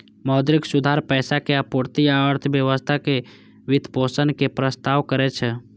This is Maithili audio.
मौद्रिक सुधार पैसा के आपूर्ति आ अर्थव्यवस्था के वित्तपोषण के प्रस्ताव करै छै